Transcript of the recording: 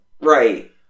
right